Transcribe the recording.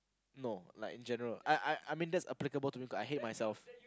no like general I I I mean that's applicable to me because I hate myself